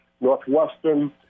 Northwestern